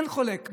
אין חולק.